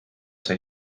sai